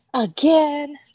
again